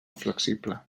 flexible